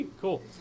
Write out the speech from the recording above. Cool